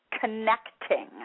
connecting